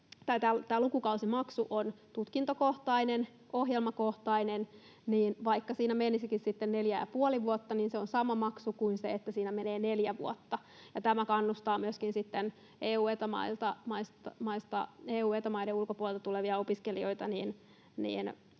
lukukausimaksu on tutkintokohtainen, ohjelmakohtainen, niin vaikka siinä menisikin sitten neljä ja puoli vuotta, niin se on sama maksu kuin silloin, että siinä menee neljä vuotta. Tämä kannustaa myöskin EU- ja Eta-maiden ulkopuolelta tulevia opiskelijoita